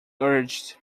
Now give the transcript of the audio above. urged